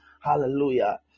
Hallelujah